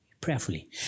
prayerfully